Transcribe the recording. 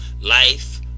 life